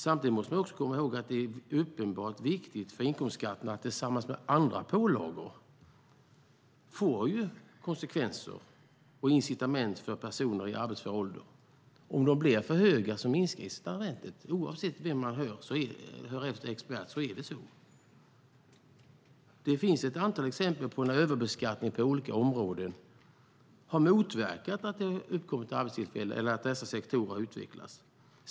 Samtidigt måste man komma ihåg att detta är uppenbart viktigt, för inkomstskatten får tillsammans med andra pålagor konsekvenser och ger incitament för personer i arbetsför ålder. Om skatterna blir för höga minskar incitamentet. Oavsett vilken expert man hör efter med är det så. Det finns ett antal exempel på att överbeskattning på olika områden har motverkat att arbetstillfällen har uppkommit eller att sådana sektorer har utvecklats.